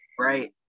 right